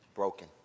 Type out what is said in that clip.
broken